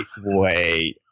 wait